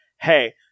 Hey